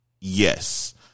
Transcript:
Yes